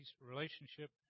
relationship